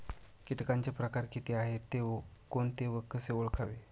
किटकांचे प्रकार किती आहेत, ते कोणते व कसे ओळखावे?